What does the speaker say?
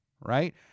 right